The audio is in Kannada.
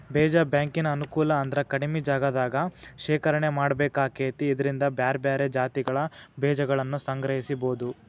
ಬೇಜ ಬ್ಯಾಂಕಿನ ಅನುಕೂಲ ಅಂದ್ರ ಕಡಿಮಿ ಜಗದಾಗ ಶೇಖರಣೆ ಮಾಡ್ಬೇಕಾಕೇತಿ ಇದ್ರಿಂದ ಬ್ಯಾರ್ಬ್ಯಾರೇ ಜಾತಿಗಳ ಬೇಜಗಳನ್ನುಸಂಗ್ರಹಿಸಬೋದು